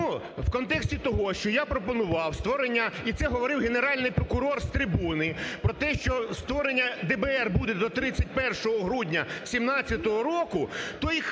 в контексті того, що я пропонував створення і це говорив Генеральний прокурор з трибуни, про те, що створення ДБР буде до 31 грудня 2017 року,